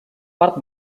part